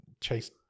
Chase